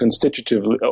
constitutively